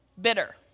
bitter